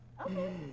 Okay